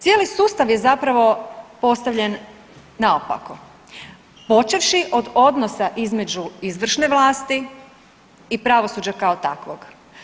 Cijeli sustav je zapravo postavljen naopako počevši od odnosa između izvršne vlasti i pravosuđa kao takvog.